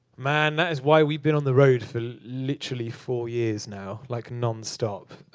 man, that is why we've been on the road for literally four years now, like nonstop,